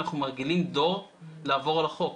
אנחנו מרגילים דור לעבור על החוק,